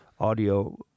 audio